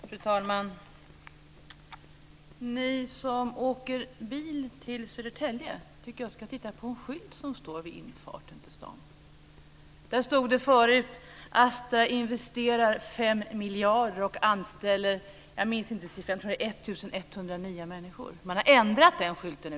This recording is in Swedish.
Fru talman! Jag tycker att ni som åker bil till Södertälje ska titta på en skylt vid infarten till stan. Förut stod det: Astra investerar 5 miljarder och anställer - tror jag; jag minns inte den exakta siffran - 1 100 nya människor. Nu har man ändrat texten på skylten.